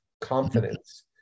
confidence